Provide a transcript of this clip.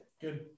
Good